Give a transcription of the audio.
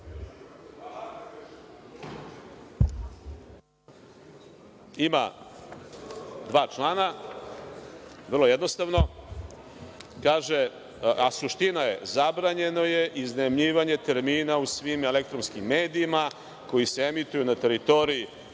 dva člana, vrlo jednostavno. Suština je – zabranjeno je iznajmljivanje termina u svim elektronskim medijima koji se emituju na teritoriji